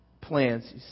plans